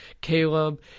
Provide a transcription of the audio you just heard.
Caleb